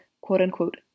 quote-unquote